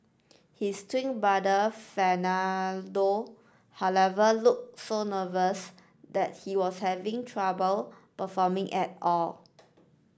his twin brother Fernando however looked so nervous that he was having trouble performing at all